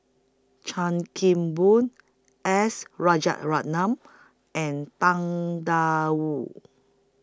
Chan Kim Boon S and Tang DA Wu